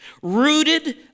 rooted